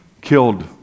killed